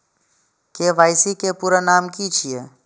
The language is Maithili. के.वाई.सी के पूरा नाम की छिय?